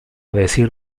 decir